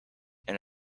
and